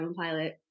pilot